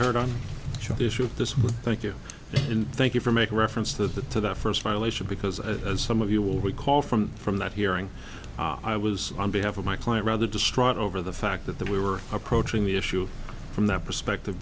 heard on the issue of this with thank you thank you for making reference to to that first violation because as some of you will recall from from that hearing i was on behalf of my client rather distraught over the fact that we were approaching the issue from that perspective